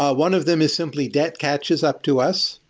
ah one of them is simply debt catches up to us.